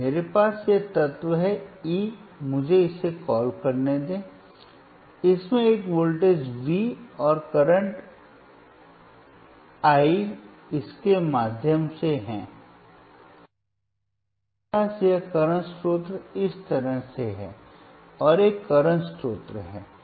मेरे पास यह तत्व है E मुझे इसे कॉल करने दें इसमें एक वोल्टेज V और एक करंट मैं इसके माध्यम से है और मेरे पास यह करंट स्रोत इस तरह से है और एक करंट स्रोत है